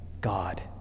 God